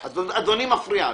אדוני, מפריע לי.